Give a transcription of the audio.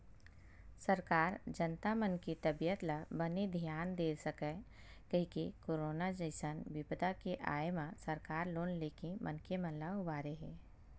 सरकार जनता मन के तबीयत ल बने धियान दे सकय कहिके करोनो जइसन बिपदा के आय म सरकार लोन लेके मनखे मन ल उबारे हे